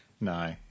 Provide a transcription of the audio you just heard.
No